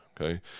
okay